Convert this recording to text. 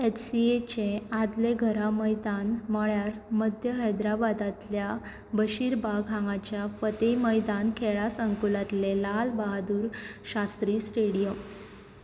एचसीएचें आदलें घरा मैदान म्हळ्यार मध्य हैदराबादांतल्या बशीरबाग हांगाच्या फतेह मैदान खेळां संकुलांतलें लालबहादूर शास्त्री स्टेडियम